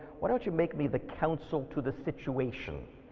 why don't you make me the counsel to the situation,